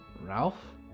Ralph